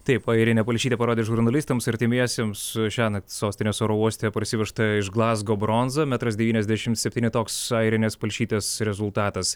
taip airinė palšytė parodė žurnalistams artimiesiems šiąnakt sostinės oro uoste parsivežtą iš glazgo bronzą metras devyniasdešim septyni toks airinės palšytės rezultatas